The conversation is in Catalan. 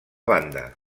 banda